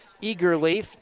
eagerly